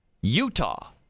Utah